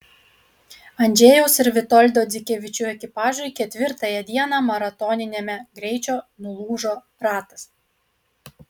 andžejaus ir vitoldo dzikevičių ekipažui ketvirtąją dieną maratoniniame greičio nulūžo ratas